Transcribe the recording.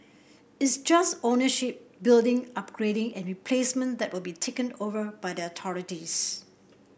it's just ownership building upgrading and replacement that will be taken over by the authorities